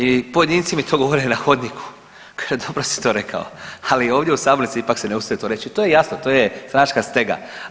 I pojedinci mi to govore na hodniku, kaže dobro si to rekao, ali ovdje u sabornici ipak se ne usude to reći i to je jasno, to je stranačka stega.